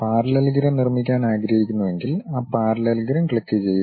parallelogram നിർമ്മിക്കാൻ ആഗ്രഹിക്കുന്നുവെങ്കിൽ ആ പാരല്ലലഗ്രം ക്ലിക്കുചെയ്യുക